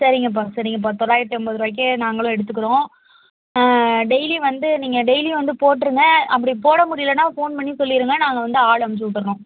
சரிங்கப்பா சரிங்கப்பா தொள்ளாயிரத்து ஐம்பதுரூவாய்க்கே நாங்களும் எடுத்துக்குறோம் டெய்லி வந்து நீங்கள் டெய்லியும் வந்து போட்டுருங்க அப்படி போட முடியலன்னா ஃபோன் பண்ணி சொல்லிருங்க நாங்கள் வந்து ஆள் அமிச்சு விட்டுறோம்